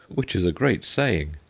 which is a great saying.